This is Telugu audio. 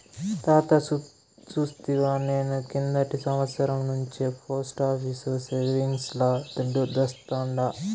తాతా సూస్తివా, నేను కిందటి సంవత్సరం నుంచే పోస్టాఫీసు సేవింగ్స్ ల దుడ్డు దాస్తాండా